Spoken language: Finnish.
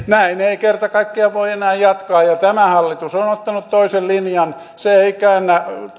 näin ei kerta kaikkiaan voi enää jatkaa ja tämä hallitus on ottanut toisen linjan se ei